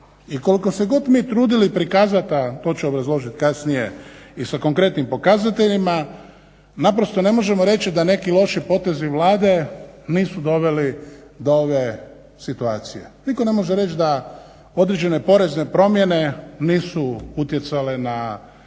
I koliko se god mi trudili prikazat, a to ću obrazložit kasnije i sa konkretnim pokazateljima, naprosto ne možemo reći da neki loši potezi Vlade nisu doveli do ove situacije. Niko ne može reć da određene porezne promjene nisu utjecale na